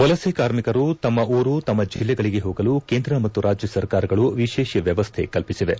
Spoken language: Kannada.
ವಲಸೆ ಕಾರ್ಮಿಕರು ತಮ್ಮ ಊರು ತಮ್ಮ ಜಿಲ್ಲೆಗಳಿಗೆ ಹೋಗಲು ಕೇಂದ್ರ ಮತ್ತು ರಾಜ್ಯ ಸರ್ಕಾರಗಳು ವಿಶೇಷ ವ್ಯವಸ್ಥೆ ಕಲ್ಪಿಸಿವೆ